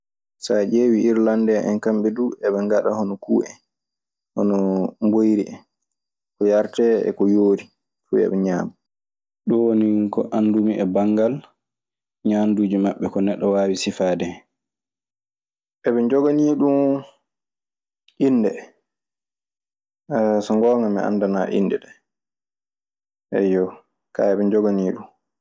So a ƴeewii, irlandee en kamɓe duu eɓe ngaɗa kuu en, hono mboyri en. Ko yaretee e ko yoori, fuu eɓe ñaama. Ɗun woni ko anndumi e banngal ñaanduuji maɓɓe ko neɗɗo waawi sifaade hen. E ɓe njoganii ɗun innde, ayo, so ngoonga mi anndana inɗe ee. Ayyo ka e ɓe njoganiiɗun.